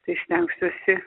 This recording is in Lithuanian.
tai stengsiuosi